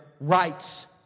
rights